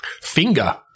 Finger